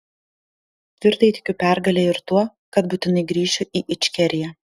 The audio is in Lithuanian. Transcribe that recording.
tvirtai tikiu pergale ir tuo kad būtinai grįšiu į ičkeriją